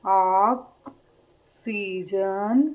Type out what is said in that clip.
ਆਕ season